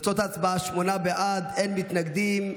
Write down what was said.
תוצאות ההצבעה: שמונה בעד, אין מתנגדים.